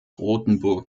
rothenburg